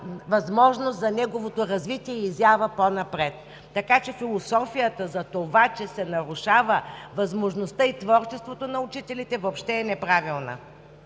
възможност за неговото развитие и изява по-напред. Така че философията за това, че се нарушава възможността и творчеството на учителите въобще е неправилна.